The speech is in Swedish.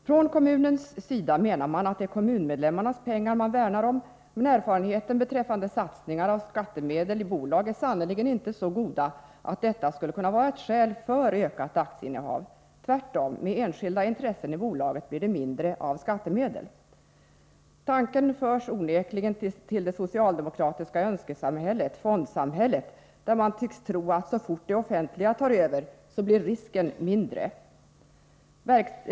Från kommunens sida menar man att det är kommunmedlemmarnas pengar man värnar om, men erfarenheterna av att satsa skattemedel i bolag är sannerligen inte så goda att detta skulle kunna vara ett skäl för ett ökat aktieinnehav. Tvärtom blir det med enskilda intressen i bolaget mindre av skattemedel som riskeras. Tanken förs onekligen till det socialdemokratiska önskesamhället, fondsamhället, där man tycks tro att så snart det offentliga tar över, blir ”risken” mindre.